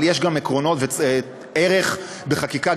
אבל יש גם עקרונות וערך בחקיקה,